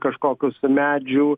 kažkokius medžių